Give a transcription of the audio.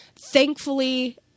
Thankfully